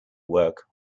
work